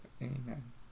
Amen